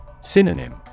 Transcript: Synonym